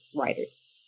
writers